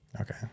Okay